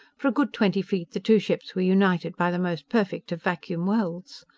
for a good twenty feet the two ships were united by the most perfect of vacuum-welds.